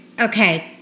okay